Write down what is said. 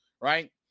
right